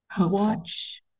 Watch